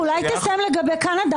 אולי תסיים לגבי קנדה,